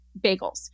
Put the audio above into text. Bagels